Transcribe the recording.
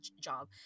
job